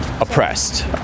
Oppressed